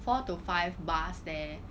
four to five bars there